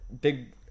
Big